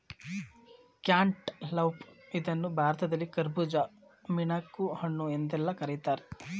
cantaloupe ಇದನ್ನು ಭಾರತದಲ್ಲಿ ಕರ್ಬುಜ, ಮಿಣಕುಹಣ್ಣು ಎಂದೆಲ್ಲಾ ಕರಿತಾರೆ